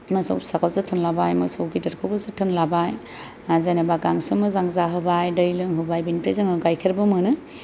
मोसौ फिसाखौ जोथोन लाबाय मोसौ गिदिरखौबो जोथोन लाबाय जेनेबा गांसो मोजां जाहोबाय दै लोंहोबाय बिनिफ्राय जोङो गाइखेरबो मोनो